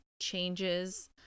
changes